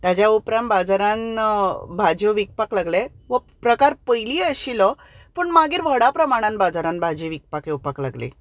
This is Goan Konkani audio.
ताच्या उपरांत भाजारान भाज्यो विकपाक लागले हो प्रकार पयलींय आशिल्लो पूण मागीर व्हडा प्रमाणान बाजारांत भाजी विकपाक येवपाक लागले